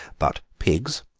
but pigs,